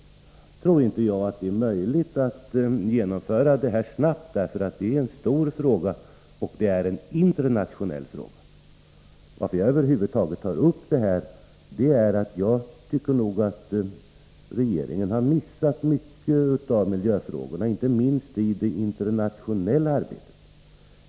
Jag tror dock inte att det är möjligt att genomföra nya regler snabbt, eftersom det är en fråga av stor omfattning och med internationell räckvidd. Anledningen till att jag över huvud taget har tagit upp detta är att jag anser att regeringen har missat mycket av miljöfrågorna, inte minst i det internationella arbetet.